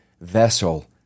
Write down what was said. vessel